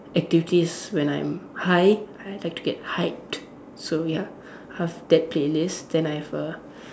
activities when I'm high I like to get hyped so ya have that playlist then I've a